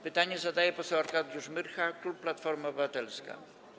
Pytanie zadaje poseł Arkadiusz Myrcha, klub Platforma Obywatelska.